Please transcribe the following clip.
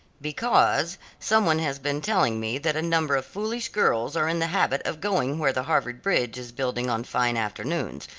because some one has been telling me that a number of foolish girls are in the habit of going where the harvard bridge is building on fine afternoons,